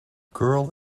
girl